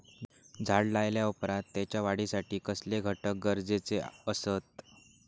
झाड लायल्या ओप्रात त्याच्या वाढीसाठी कसले घटक गरजेचे असत?